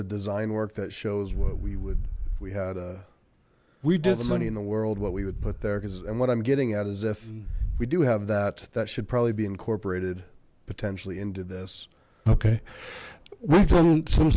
of design work that shows what we would if we had a we did sunny in the world what we would put there because and what i'm getting at is if we do have that that should probably be incorporated potentially into this okay we've done some